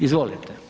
Izvolite.